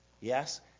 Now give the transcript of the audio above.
Yes